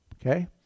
okay